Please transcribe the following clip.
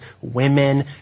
women